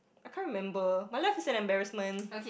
I can't remember my life is an embarrassment